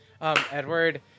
Edward